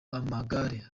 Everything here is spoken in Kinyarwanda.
amagare